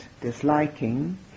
disliking